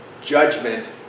judgment